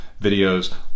videos